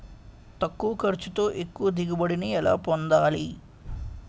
తక్కువ ఖర్చుతో ఎక్కువ దిగుబడి ని ఎలా పొందాలీ?